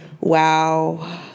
Wow